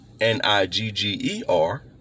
N-I-G-G-E-R